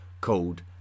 called